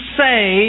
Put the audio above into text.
say